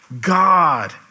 God